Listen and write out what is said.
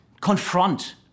confront